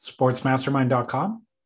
Sportsmastermind.com